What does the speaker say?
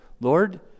Lord